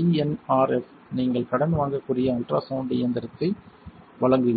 INRF நீங்கள் கடன் வாங்கக்கூடிய அல்ட்ராசவுண்ட் இயந்திரத்தை வழங்குகிறது